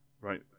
right